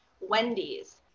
Wendy's